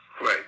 right